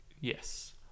Yes